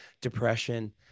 depression